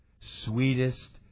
sweetest